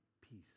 peace